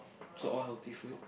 so all healthy food